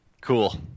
Cool